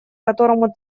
которому